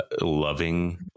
loving